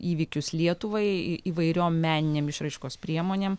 įvykius lietuvai įvairiom meninėm išraiškos priemonėm